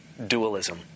dualism